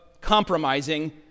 compromising